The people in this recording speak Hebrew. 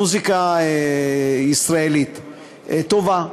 מוזיקה ישראלית טובה.